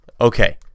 Okay